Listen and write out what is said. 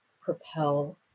propel